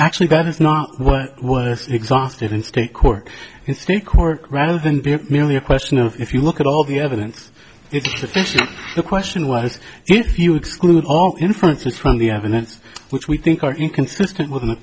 actually that is not what was exhaustive in state court in state court rather than being merely a question of if you look at all the evidence it's tradition the question was if you exclude all inferences from the evidence which we think are inconsistent with an